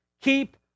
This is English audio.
Keep